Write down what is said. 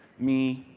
me,